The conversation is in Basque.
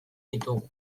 ditugu